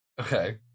Okay